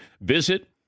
Visit